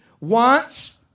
wants